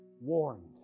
warned